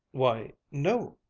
why no,